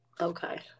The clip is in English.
Okay